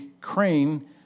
crane